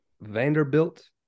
Vanderbilt